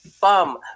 bum